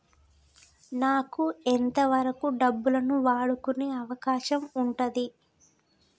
నాకు ఎంత వరకు డబ్బులను వాడుకునే అవకాశం ఉంటది?